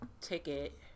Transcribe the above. ticket